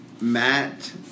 Matt